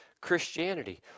Christianity